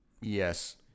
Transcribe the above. Yes